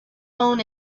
own